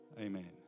Amen